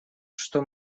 что